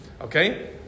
okay